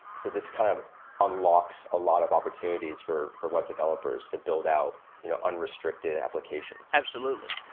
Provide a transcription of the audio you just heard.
so this kind of unlocks a lot of opportunities for for web developers to build out you know unrestricted applications. absolutely.